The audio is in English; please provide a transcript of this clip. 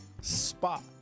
spot